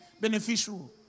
beneficial